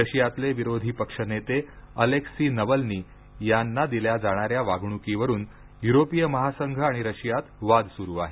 रशियातले विरोधी पक्षनेते Alexei Navalny यांना दिल्या जाणाऱ्या वागणूकीवरून युरोपीय महासंघ आणि रशियात वाद सुरू आहे